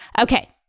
Okay